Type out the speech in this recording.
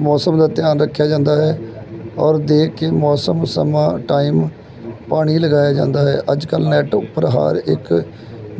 ਮੌਸਮ ਦਾ ਧਿਆਨ ਰੱਖਿਆ ਜਾਂਦਾ ਹੈ ਔਰ ਦੇਖ ਕੇ ਮੌਸਮ ਸਮਾਂ ਟਾਈਮ ਪਾਣੀ ਲਗਾਇਆ ਜਾਂਦਾ ਹੈ ਅੱਜ ਕੱਲ੍ਹ ਨੈਟ ਉੱਪਰ ਹਰ ਇੱਕ